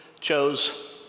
chose